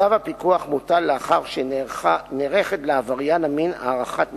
צו הפיקוח מוטל לאחר שנערכת לעבריין המין הערכת מסוכנות,